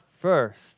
first